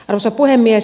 arvoisa puhemies